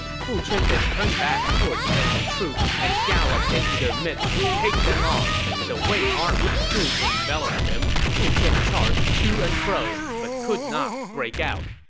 fu qian then turned back toward the enemy troops and galloped into their midst to take them on. the wei army soon enveloped him. fu qian charged to and fro, but could not break out.